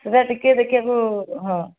ସେହିଟା ଟିକେ ଦେଖିବାକୁ ହଁ